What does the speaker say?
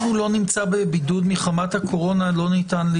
אם הוא לא נמצא בבידוד מחמת הקורונה, לא ניתן.